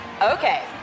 Okay